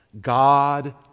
God